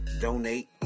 Donate